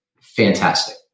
Fantastic